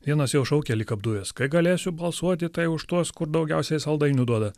vienas jau šaukia lyg apdujęs kai galėsiu balsuoti tai už tuos kur daugiausia saldainių duoda